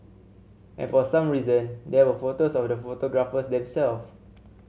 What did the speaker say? and for some reason there were photos of the photographers themselves